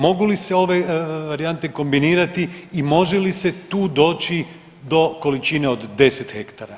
Mogu li se ove varijante kombinirati i može li se tu doći do količine od 10 hektara?